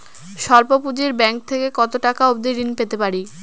স্বল্প পুঁজির ব্যাংক থেকে কত টাকা অবধি ঋণ পেতে পারি?